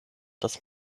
das